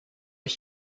ich